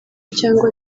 cyangwa